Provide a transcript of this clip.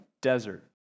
desert